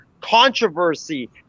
controversy